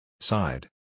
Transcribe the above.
Side